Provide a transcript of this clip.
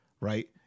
Right